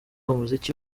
umuziki